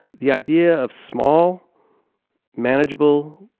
the idea of small manageable,